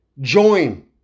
join